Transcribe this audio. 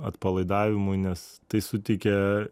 atpalaidavimui nes tai suteikia